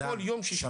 בכל יום שישי.